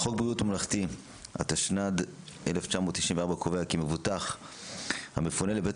חוק בריאות ממלכתי התשנ"ד-1994 קובע כי מבוטח המפונה לבית